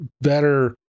better